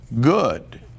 good